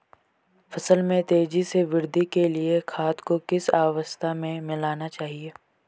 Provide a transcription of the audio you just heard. फसल में तेज़ी से वृद्धि के लिए खाद को किस अवस्था में मिलाना चाहिए?